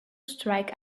strike